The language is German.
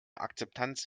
akzeptanz